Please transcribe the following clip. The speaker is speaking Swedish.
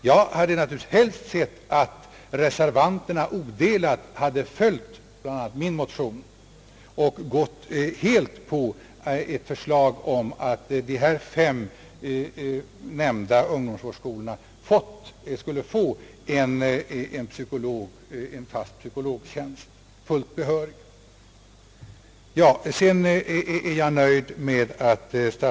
Jag hade naturligtvis helst sett att reservanterna odelat följt min motion och biträtt förslaget om att de fem nämnda ungdomsvårdsskolorna skulle få en fast och fullt behörig psykologtjänst.